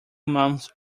months